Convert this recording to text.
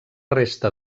resta